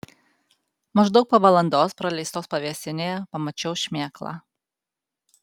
maždaug po valandos praleistos pavėsinėje pamačiau šmėklą